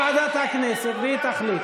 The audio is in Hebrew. אוקיי, אז נעביר לוועדת הכנסת והיא תחליט.